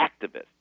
activists